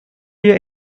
you